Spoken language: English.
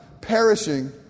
perishing